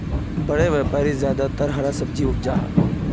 बड़े व्यापारी ज्यादातर हरा सब्जी उपजाहा